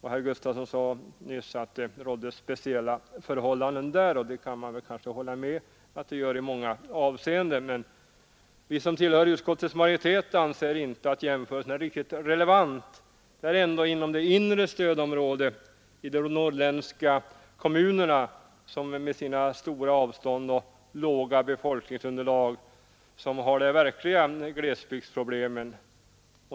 Herr Gustafson sade att det råder speciella förhållanden där, och det kan man väl hålla med om att det gör i många avseenden. Vi som tillhör utskottets majoritet anser emellertid inte att jämförelsen är relevant. Det är ändå inre stödområdet, de norrländska kommunerna med sina stora avstånd och låga befolkningstal, som har de verkliga glesbygdsproblemen.